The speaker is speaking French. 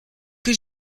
que